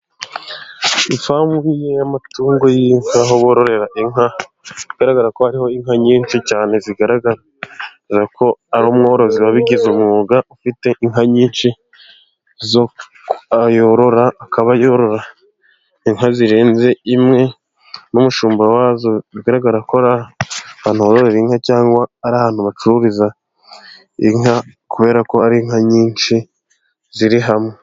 Ifamu y'amatungo y'inka, aho bororera inka bigaragara ko hari inka nyinshi cyane, zigaragaza ko ari umworozi wabigize umwuga ufite inka nyinshi zo yorora, akaba yorora inka zirenze imwe n'umushumba wazo, bigaragara ko ari ahantu bororera inka, cyangwa ari ahantu bacururiza inka kubera ko ari inka nyinshi ziri hamwe.